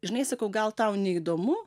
žinai sakau gal tau neįdomu